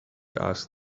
asked